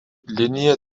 linija